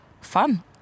fun